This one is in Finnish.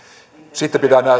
sitten pitää